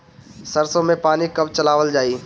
सरसो में पानी कब चलावल जाई?